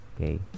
okay